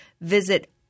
Visit